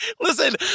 Listen